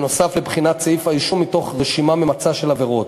נוסף על בחינת סעיף האישום מתוך רשימה ממצה של עבירות.